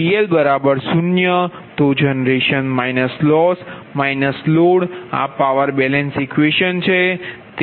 તો generation minus loss minus load આ power balance equation છે